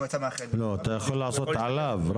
אתה יכול לעשות מיוט עליו.